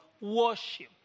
worship